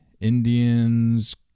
Indians